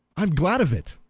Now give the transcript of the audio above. am glad of it!